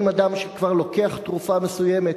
אם אדם שכבר לוקח תרופה מסוימת,